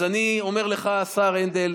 אז אני אומר לך, השר הנדל,